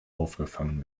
aufgefangen